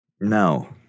No